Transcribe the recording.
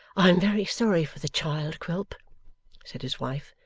i am very sorry for the child, quilp said his wife.